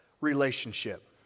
relationship